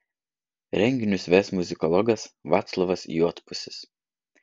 renginius ves muzikologas vaclovas juodpusis